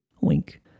Wink